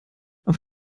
auf